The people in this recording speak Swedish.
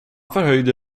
förhöjde